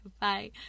Bye